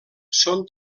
són